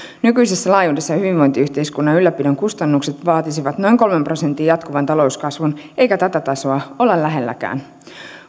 nykyisessä laajuudessaan hyvinvointiyhteiskunnan ylläpidon kustannukset vaatisivat noin kolmen prosentin jatkuvan talouskasvun eikä tätä tasoa olla lähelläkään